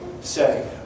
say